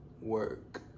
Work